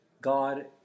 God